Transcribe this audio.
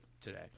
Today